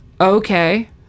Okay